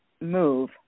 move